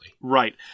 Right